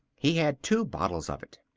he had two bottles of it.